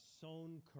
sown